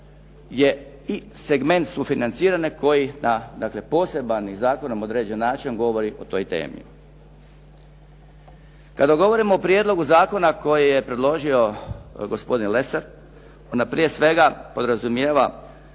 je i segment sufinanciranja koji na dakle poseban i zakonom određen način govori o toj temi. Kada govorimo o prijedlogu zakona koji je predložio gospodin Lesar onda prije svega podrazumijeva